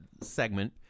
segment